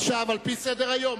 לסדר-היום.